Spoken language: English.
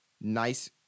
nice